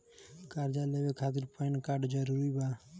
कर्जा लेवे खातिर पैन कार्ड जरूरी बा?